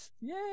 Yay